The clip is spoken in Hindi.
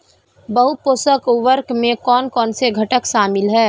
बहु पोषक उर्वरक में कौन कौन से घटक शामिल हैं?